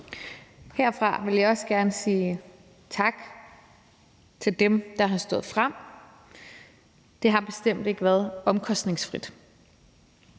Herfra vil jeg også gerne sige tak til dem, der har stået frem. Det har bestemt ikke været omkostningsfrit.